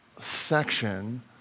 section